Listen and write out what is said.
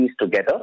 together